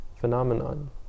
phenomenon